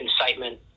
incitement